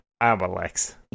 alex